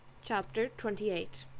chapter twenty eight